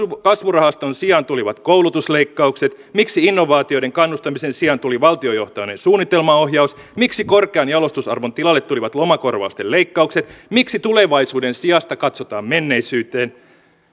kasvurahaston sijaan tulivat koulutusleikkaukset miksi innovaatioiden kannustamisen sijaan tuli valtiojohtoinen suunnitelmaohjaus miksi korkean jalostusarvon tilalle tulivat lomakor vausten leikkaukset miksi tulevaisuuden sijasta katsotaan menneisyyteen